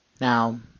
Now